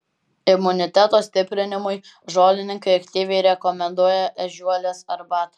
imuniteto stiprinimui žolininkai aktyviai rekomenduoja ežiuolės arbatą